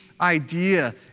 idea